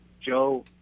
Joe